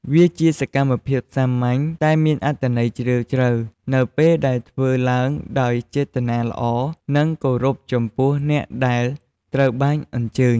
វាជាសកម្មភាពសាមញ្ញ តែមានអត្ថន័យជ្រាលជ្រៅ នៅពេលដែលធ្វើឡើងដោយចេតនាល្អ និងគោរពចំពោះអ្នកដែលត្រូវបានអញ្ជើញ។